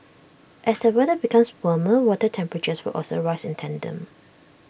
as the weather becomes warmer water temperatures will also rise in tandem